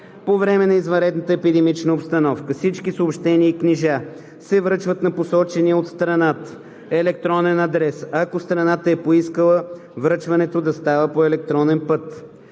По време на извънредната епидемична обстановка всички съобщения и книжа се връчват на посочения от страната електронен адрес, ако страната е поискала връчването да става по електронен път.